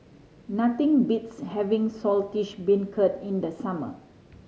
nothing beats having Saltish Beancurd in the summer